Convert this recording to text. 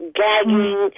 gagging